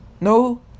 No